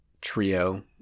trio